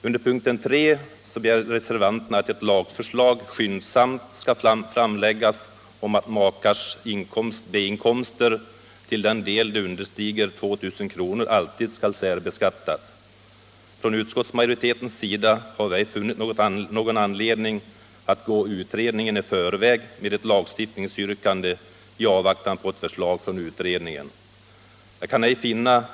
Under punkten 3 begär reservanterna att ett lagförslag skyndsamt skall framläggas om att makars B-inkomster till den del de understiger 2 000 kr. alltid skall särbeskattas. Från utskottsmajoritetens sida har vi ej funnit någon anledning att gå utredningen i förväg med ett lagstiftningsyrkande i avvaktan på ett förslag från utredningen.